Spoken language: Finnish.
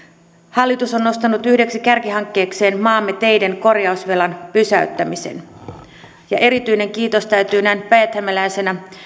hallitus on nostanut yhdeksi kärkihankkeekseen maamme teiden korjausvelan pysäyttämisen erityinen kiitos täytyy antaa näin päijäthämäläisenä